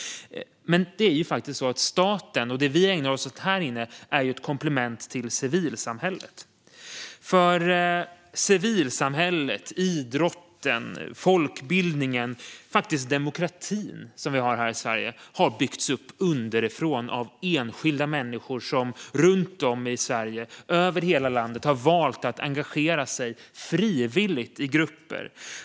Men det är faktiskt staten och det vi ägnar oss åt här inne som är ett komplement till civilsamhället. Civilsamhället - idrotten, folkbildningen, faktiskt demokratin - som vi har här i Sverige har byggts upp underifrån av enskilda människor som runt om i Sverige, över hela landet, har valt att engagera sig frivilligt i grupper.